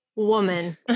Woman